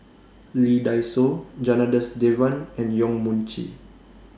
Lee Dai Soh Janadas Devan and Yong Mun Chee